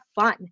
fun